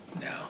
No